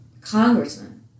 Congressman